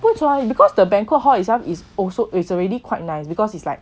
cause right because the banquet hall is also is already quite nice because is like